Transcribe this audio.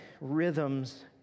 rhythms